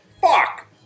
Fuck